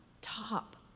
top